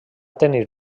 tenir